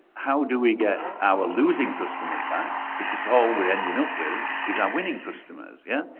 how do we get our losing customers back because all we're ending up with is our winning customers? yeah?